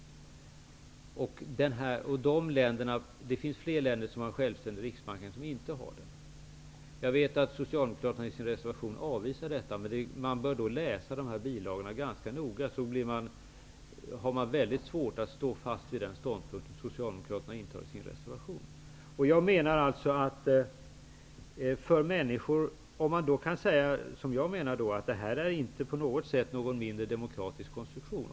Det finns fler länder som har en självständig riksbank är som inte har det. Jag vet att Socialdemokraterna i sin reservation avvisar detta. Man bör dock läsa dessa bilagor ganska noga. Om man gör det, har man mycket svårt att stå fast vid den ståndpunkt som Jag menar att detta inte på något sätt är en mindre demokratisk konstruktion.